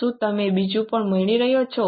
શું તમને બીજું પણ મળી રહ્યું છે